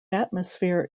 atmosphere